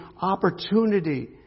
opportunity